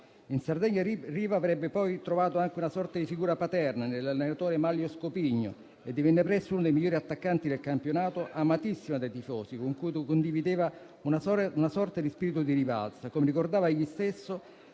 In Sardegna Riva avrebbe poi trovato anche una sorta di figura paterna nell'allenatore Manlio Scopigno e divenne presto uno dei migliori attaccanti del campionato, amatissimo dai tifosi, con cui condivideva una sorta di spirito di rivalsa. Come ricordava egli stesso,